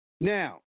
Now